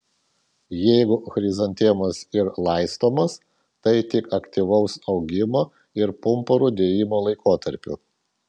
jeigu chrizantemos ir laistomos tai tik aktyvaus augimo ir pumpurų dėjimo laikotarpiu